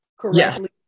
correctly